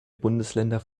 bundesländer